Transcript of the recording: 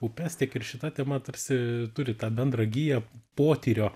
upes tiek ir šita tema tarsi turi tą bendrą giją potyrio